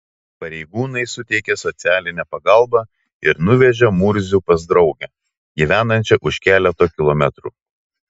pareigūnai suteikė socialinę pagalbą ir nuvežė murzių pas draugę gyvenančią už keleto kilometrų